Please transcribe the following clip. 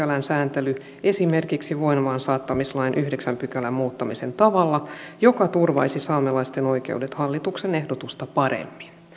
sääntely esimerkiksi voimaansaattamislain yhdeksännen pykälän muuttamisen tavalla joka turvaisi saamelaisten oikeudet hallituksen ehdotusta paremmin